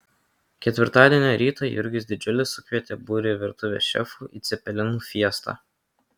ketvirtadienio rytą jurgis didžiulis sukvietė būrį virtuvės šefų į cepelinų fiestą